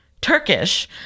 Turkish